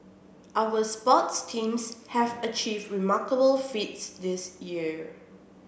our sports teams have achieved remarkable feats this year